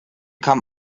kam